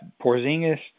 Porzingis